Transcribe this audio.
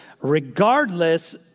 regardless